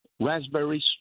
raspberries